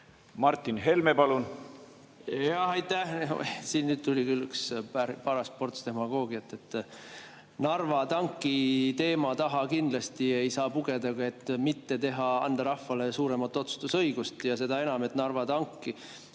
Martin Helme, palun! Jaa, aitäh! Siit tuli nüüd küll paras ports demagoogiat. Narva tanki teema taha kindlasti ei saa pugeda, et mitte anda rahvale suuremat otsustusõigust. Seda enam, et Narva tank,